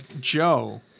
Joe